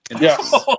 Yes